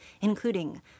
including